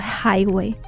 highway